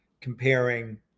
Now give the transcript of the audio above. comparing